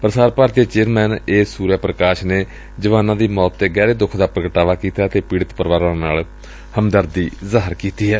ਪ੍ਸਾਰ ਭਾਰਤੀ ਦੇ chairman A Surya Prakash ਨੇ ਜਵਾਨਾਂ ਦੀ ਮੌਤ ਤੇ ਗਹਿਰੇ ਦੁੱਖ ਦਾ ਪ੍ਗਟਾਵਾ ਕੀਤੈ ਅਤੇ ਪੀੜਤ ਪਰਿਵਾਰਾਂ ਨਾਲ ਹਮਦਰਦੀ ਜ਼ਾਹਿਰ ਕੀਤੀ ਏ